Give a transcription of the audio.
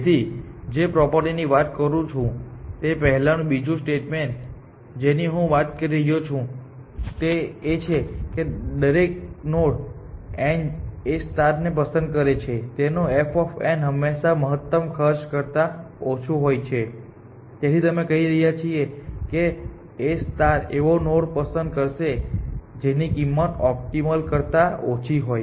તેથી જે પ્રોપર્ટી ની વાત કરું છું તે પહેલાંનું બીજું સ્ટેટમેન્ટ જેની હું વાત કરી રહ્યો છું તે એ છે કે દરેક નોડ N જે A પસંદ કરે છે તેનું f હંમેશાં મહત્તમ ખર્ચ કરતા ઓછું હોય છે તેથી અમે કહી રહ્યા છીએ કે A એવો નોડ પસંદ કરશે કરશે જેની કિંમત ઓપ્ટિમલ કરતા ઓછી હોય